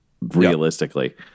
realistically